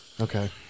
Okay